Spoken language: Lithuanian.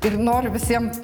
ir noriu visiem